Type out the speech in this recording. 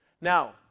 Now